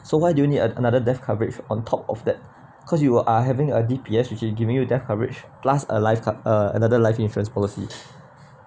so why do you need an~ another death coverage on top of that cause you are having a D_P_S which will giving you death coverage plus a live cov~ plus(uh) another life insurance policy